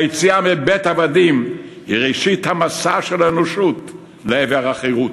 היציאה מבית העבדים היא ראשית המסע של האנושות לעבר החירות.